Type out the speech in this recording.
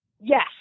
Yes